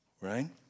right